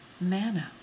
Manna